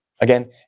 Again